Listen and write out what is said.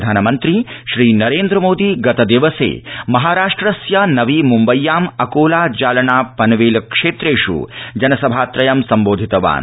प्रधानमन्त्री श्रीनरेन्द्र मोदी गतदिवसे महाराष्ट्रस्य नवी मुम्बय्याम् अकोला जालना पानवेल क्षेत्रेष् जनसभा त्रयं सम्बोधितवान्